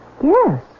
Yes